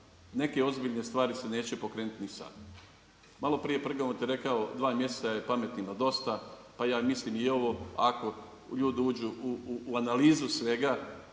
neke ozbiljne stvari se neće pokrenuti niti sada. Malo prije Prgomet je rekao 2 mjeseca je pametnima dosta, pa ja mislim i ovo ako ljudi uđu u analizu svega,